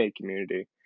community